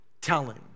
telling